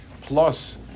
plus